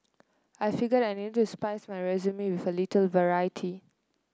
I figured I needed to spice my resume with a little variety